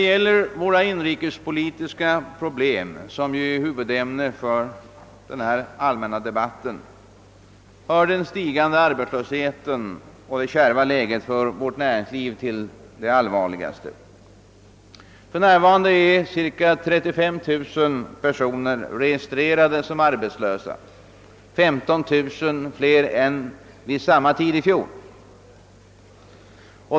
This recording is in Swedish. Bland våra inrikespolitiska problem, som ju är huvudämnet för den här allmänna debatten, hör den stigande arbetslösheten och det kärva läget för vårt näringsliv till de allvarligaste. För närvarande är cirka 35000 personer registrerade som =: arbetslösa, 15000 fler än vid samma tid i fjol.